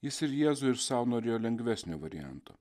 jis ir jėzui ir sau norėjo lengvesnio varianto